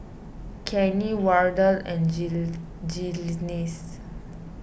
Kenny Wardell and Gly nis